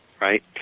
right